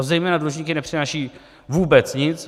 Zejména pro dlužníky nepřináší vůbec nic.